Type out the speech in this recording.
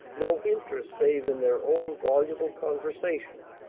no interest save in their own voluble conversation.